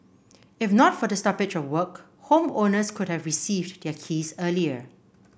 if not for the stoppage of work homeowners could have received their keys earlier